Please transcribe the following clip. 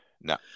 no